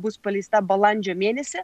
bus paleista balandžio mėnesį